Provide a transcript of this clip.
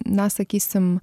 na sakysim